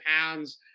pounds